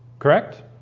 correct